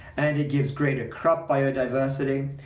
and it gives greater crop biodiversity,